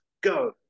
go